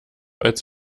als